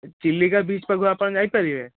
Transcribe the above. Chilika beach ପାଖକୁ ଆପଣ ଯାଇପାରିବେ